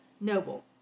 Noble